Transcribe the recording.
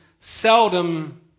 seldom